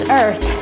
earth